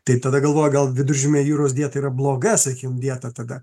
tai tada galvoji gal viduržemio jūros dieta yra bloga sakykim dieta tada